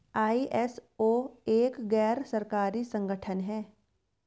ISO एक गैर सरकारी संगठन है